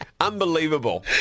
Unbelievable